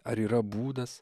ar yra būdas